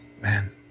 Man